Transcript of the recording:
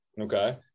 Okay